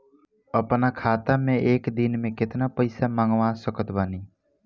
अपना खाता मे एक दिन मे केतना पईसा मँगवा सकत बानी?